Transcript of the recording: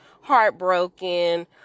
heartbroken